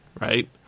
right